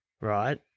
Right